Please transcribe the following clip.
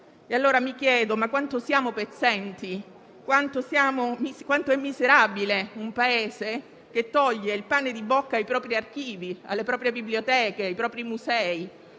allora su quanto siamo pezzenti e su quanto è miserabile un Paese che toglie il pane di bocca ai propri archivi, alle proprie biblioteche e ai propri musei